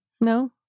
No